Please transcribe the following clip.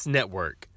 Network